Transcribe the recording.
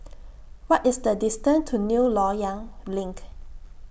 What IS The distance to New Loyang LINK